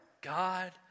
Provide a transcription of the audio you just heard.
God